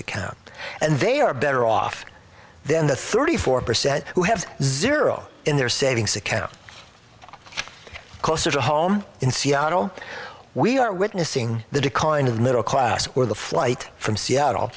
account and they are better off then the thirty four percent who have zero in their savings account closer to home in seattle we are witnessing the decline of middle class or the flight from seattle